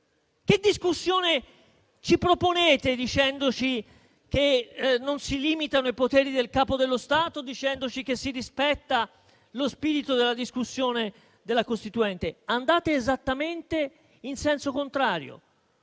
Che discussione ci proponete dicendoci che non si limitano i poteri del Capo dello Stato e che si rispetta lo spirito della discussione della Costituente? Andate esattamente in senso contrario.